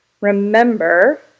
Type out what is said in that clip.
Remember